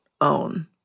own